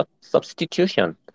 substitution